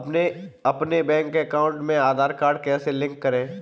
अपने bank account में Aadhaar card कैसे लिंक करें?